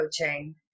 coaching